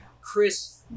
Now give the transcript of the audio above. Chris